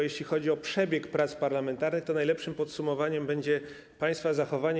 Jeśli chodzi o przebieg prac parlamentarnych, to najlepszym podsumowaniem będzie państwa zachowanie.